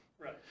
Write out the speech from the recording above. Right